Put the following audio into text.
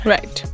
Right